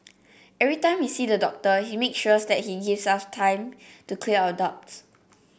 every time we see the doctor he make sure that he gives us time to clear our doubts